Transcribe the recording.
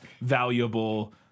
valuable